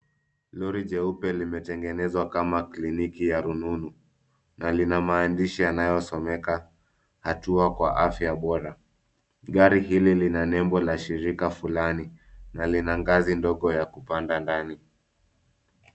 Lori jeupe limetengenezwa kama kliniki ya rununu na lina maandishi yanayosomeka hatu kwa afya bora. Gari hili lina nembo la shirika fulani na lina ngazi ndogo ya kupanda ndani.